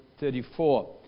34